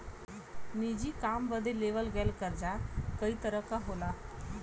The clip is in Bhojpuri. निजी काम बदे लेवल गयल कर्जा कई तरह क होला